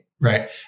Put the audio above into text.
right